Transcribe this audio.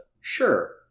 Sure